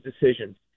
decisions